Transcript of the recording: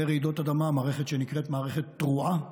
לרעידות אדמה, מערכת שנקראת מערכת תרועה,